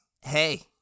Hey